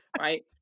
Right